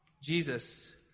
Jesus